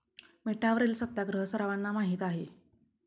मिठावरील सत्याग्रह सर्वांना माहीत आहे